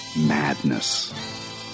Madness